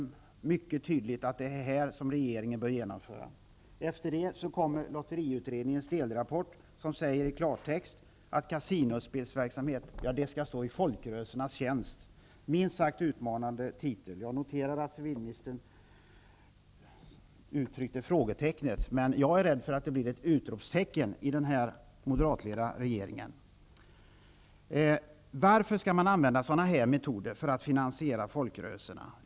Det är mycket tydligt att det är detta som regeringen bör genomföra. Efter det kommer lotteriutredningens delrapport. Den säger i klartext att kasinospelsverksamhet skall stå i folkrörelsernas tjänst. Det är en minst sagt utmanande titel. Jag noterade att civilministern underströk frågetecknet. Jag är rädd för att det blir ett utropstecken i den moderatledda regeringen. Varför skall man använda sådana metoder för att finansiera folkrörelserna?